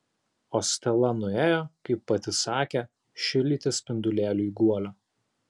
o stela nuėjo kaip pati sakė šildyti spindulėliui guolio